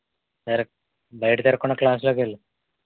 సరే బయట తిరగకుండా క్లాస్లోకి వెళ్ళు